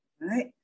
Right